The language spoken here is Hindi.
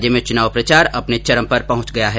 राज्य में चुनाव प्रचार अपने चरम पर पहुंच गया है